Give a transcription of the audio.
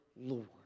Lord